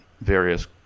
various